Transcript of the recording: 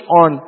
on